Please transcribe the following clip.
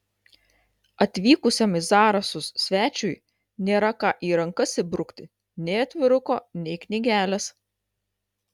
atvykusiam į zarasus svečiui nėra ką į rankas įbrukti nei atviruko nei knygelės